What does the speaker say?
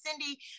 Cindy